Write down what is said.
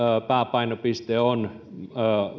pääpainopiste on